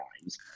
crimes